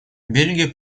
бельгия